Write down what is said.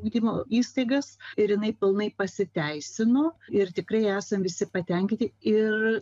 ugdymo įstaigas ir jinai pilnai pasiteisino ir tikrai esam visi patenkinti ir